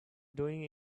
doing